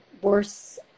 worse